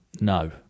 No